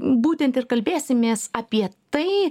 būtent ir kalbėsimės apie tai